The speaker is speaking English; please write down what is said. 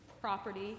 property